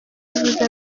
yavuze